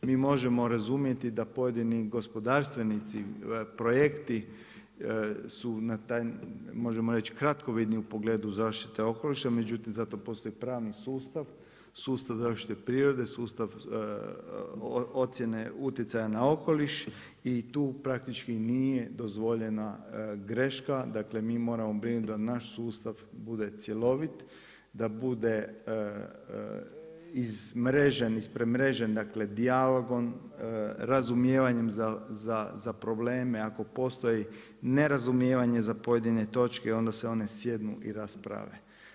Mi možemo razumjeti da pojedini gospodarstvenici, projekti su na taj, možemo reći kratkovidni u pogledu zaštite okoliša, međutim zato postoji pravni sustav, sustav zaštite prirode, sustav ocjene utjecaja na okoliš i tu praktički nije dozvoljena greška, dakle mi moramo brinuti da naš sustav bude cjelovit, da bude izmrežan, ispremrežan dakle dijalogom, razumijevanjem za probleme ako postoji nerazumijevanje za pojedine točke, onda se one sjednu i rasprave.